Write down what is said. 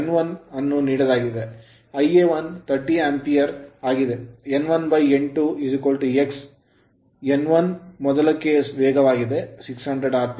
n1 ಅನ್ನು ನೀಡಿದಾಗ Ia1 30 Ampere ampere ಆಗಿದೆ n1n2 x n1 ಮೊದಲ case ಕೇಸ್ ಗೆ ವೇಗವಾಗಿದೆ 600 rpm ಆರ್ ಪಿಎಂ